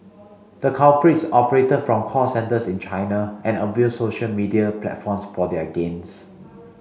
the culprits operated from call centres in China and abused social media platforms for their gains